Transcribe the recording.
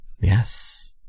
Yes